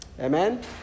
Amen